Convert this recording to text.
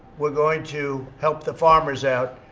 we're going to help the farmers out.